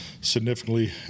significantly